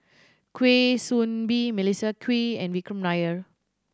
Kwa Soon Bee Melissa Kwee and Vikram Nair